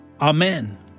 amen